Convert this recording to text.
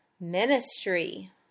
ministry